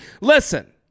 listen